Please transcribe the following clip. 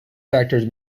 factors